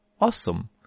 Awesome